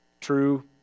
true